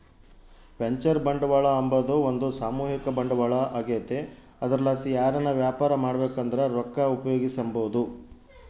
venture ಬಂಡವಾಳ ಅಂಬಾದು ಒಂದು ಸಾಮೂಹಿಕ ಬಂಡವಾಳ ಆಗೆತೆ ಅದರ್ಲಾಸಿ ಯಾರನ ವ್ಯಾಪಾರ ಮಾಡ್ಬಕಂದ್ರ ರೊಕ್ಕ ಉಪಯೋಗಿಸೆಂಬಹುದು